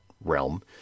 realm